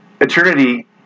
Eternity